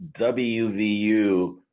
WVU